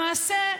למעשה,